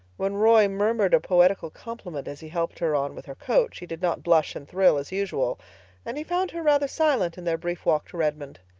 when roy murmured a poetical compliment as he helped her on with her coat, she did not blush and thrill as usual and he found her rather silent in their brief walk to redmond.